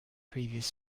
previous